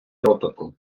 ротику